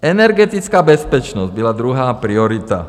Energetická bezpečnost byla druhá priorita.